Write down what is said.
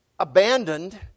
abandoned